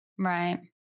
Right